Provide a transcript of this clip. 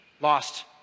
lost